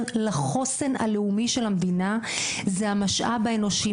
לחוסן הלאומי של המדינה הוא המשאב האנושי,